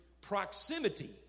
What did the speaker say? Proximity